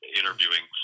interviewing